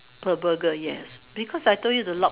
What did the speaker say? per Burger yes because I told you the lock